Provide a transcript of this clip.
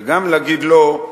וגם להגיד "לא"